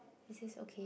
this is okay